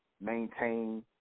maintain